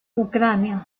ucrania